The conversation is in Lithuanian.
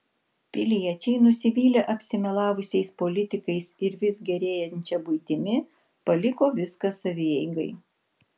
piliečiai nusivylę apsimelavusiais politikais ir vis gerėjančia buitimi paliko viską savieigai